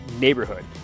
neighborhood